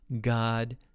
God